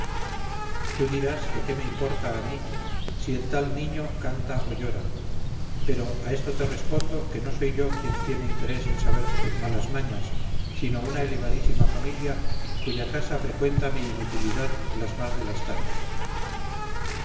tú dirás que qué me importa a mí si el tal niño canta o llora pero a esto te respondo que no soy yo quien tiene interés en saber sus malas mañas sino una elevadísima familia cuya casa frecuenta mi inutilidad las más de las tardes